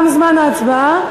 תם זמן ההצבעה.